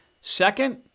Second